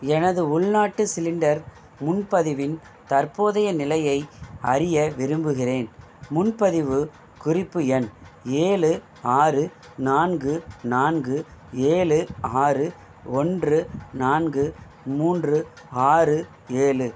எனது உள்நாட்டு சிலிண்டர் முன்பதிவின் தற்போதைய நிலையை அறிய விரும்புகிறேன் முன்பதிவு குறிப்பு எண் ஏழு ஆறு நான்கு நான்கு ஏழு ஆறு ஒன்று நான்கு மூன்று ஆறு ஏழு